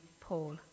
Paul